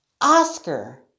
Oscar